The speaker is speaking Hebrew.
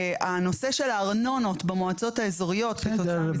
הנושא של הארנונות במועצות האזוריות --- בסדר,